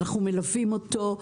אנחנו מלווים אותו.